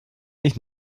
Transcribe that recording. nicht